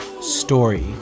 story